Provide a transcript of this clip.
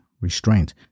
Restraint